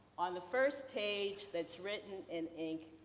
on the first page that's written in ink,